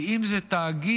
ואם זה תאגיד,